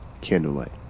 candlelight